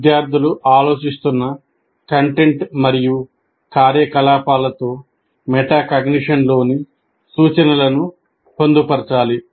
విద్యార్థులు ఆలోచిస్తున్న కంటెంట్ మరియు కార్యకలాపాలతో మెటాకాగ్నిషన్లోని సూచనలను పొందుపరచాలి